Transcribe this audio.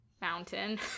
mountain